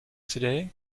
today